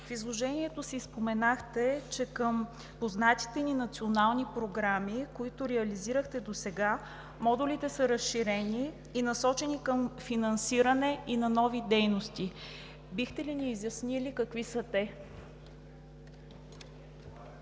в изложението си споменахте, че към познатите ни национални програми, които реализирахте досега, модулите са разширени и насочени към финансиране и на нови дейности. Бихте ли ни изяснили какви са те?